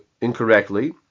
incorrectly